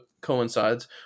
coincides